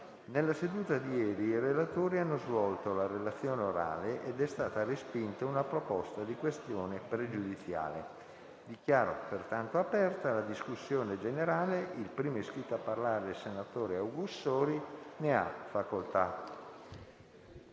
nella seduta di ieri i relatori hanno svolto la relazione orale ed è stata respinta una questione pregiudiziale. Dichiaro aperta la discussione generale. È iscritto a parlare il senatore Augussori. Ne ha facoltà.